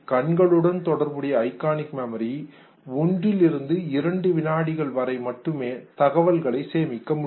கண்களுடன் தொடர்புடைய iconic memory 1 2 வினாடிகள் வரை தகவல்களை சேமிக்க முடியும்